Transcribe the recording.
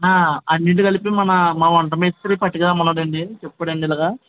అన్నిటి కలిపి మన మా వంట మేస్త్రీ పట్టుకురమన్నాడండి చెప్పాడండి ఇలాగా